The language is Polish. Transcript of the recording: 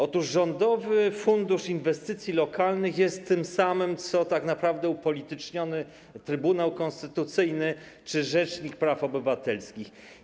Otóż Rządowy Fundusz Inwestycji Lokalnych jest tym samym co tak naprawdę upolityczniony Trybunał Konstytucyjny czy rzecznik praw obywatelskich.